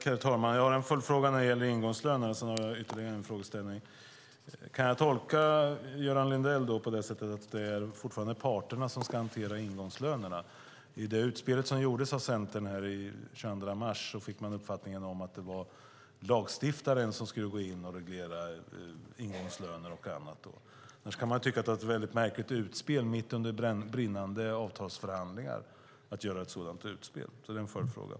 Herr talman! Jag har en följdfråga när det gäller ingångslönerna, och sedan har jag ytterligare en frågeställning. Kan jag tolka Göran Lindell så att det fortfarande är parterna som ska hantera ingångslönerna? I det utspel som gjordes av Centern den 22 mars fick man uppfattningen att det var lagstiftaren som skulle gå in och reglera ingångslöner och annat. Man kan tycka att det var mycket märkligt att mitt under brinnande avtalsförhandlingar göra ett sådant utspel. Det är en följdfråga.